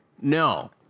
No